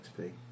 XP